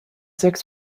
sechs